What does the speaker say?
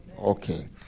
Okay